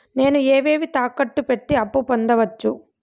నేను ఏవేవి తాకట్టు పెట్టి అప్పు పొందవచ్చు?